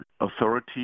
authority